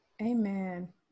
Amen